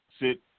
sit